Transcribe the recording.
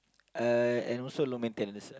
uh and also low maintenance